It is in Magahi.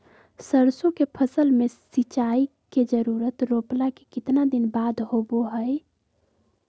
सरसों के फसल में सिंचाई के जरूरत रोपला के कितना दिन बाद होबो हय?